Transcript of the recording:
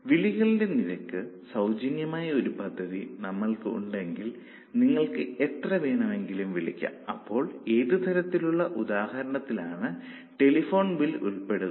വിളികളുടെ നിരക്ക് സൌജന്യമായ ഒരു പദ്ധതി നമ്മൾക്ക് ഉണ്ടെങ്കിൽ നിങ്ങൾക്ക് എത്ര വേണമെങ്കിലും വിളിക്കാം അപ്പോൾ ഏതുതരത്തിലുള്ള ഉദാഹരണത്തിൽ ആണ് ടെലഫോൺ ബില്ല് ഉൾപ്പെടുക